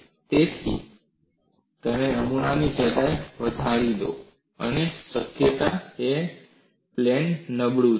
તેથી તમે નમૂનાની જાડાઈને વધારી દો આ કેન્દ્રિય વિમાન નબળું છે